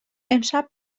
امشب